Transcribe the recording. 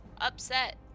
upset